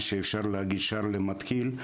מה שאפשר להגיד להתחיל,